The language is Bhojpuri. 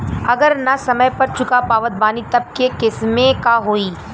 अगर ना समय पर चुका पावत बानी तब के केसमे का होई?